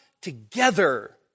together